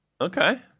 okay